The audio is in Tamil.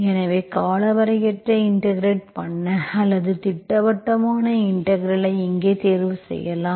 எனவே காலவரையற்ற இன்டெகிரெட் பண்ண அல்லது திட்டவட்டமான இன்டெக்ரல்ஐ இங்கே தேர்வு செய்யலாம்